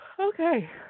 Okay